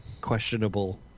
questionable